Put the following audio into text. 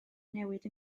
newydd